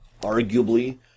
arguably